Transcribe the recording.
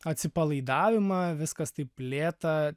atsipalaidavimą viskas taip lėta